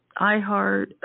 iHeart